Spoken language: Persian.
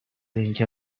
اینکه